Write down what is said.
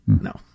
No